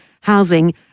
housing